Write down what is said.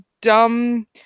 dumb